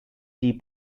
die